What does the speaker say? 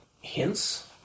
hints